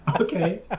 Okay